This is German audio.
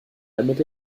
damit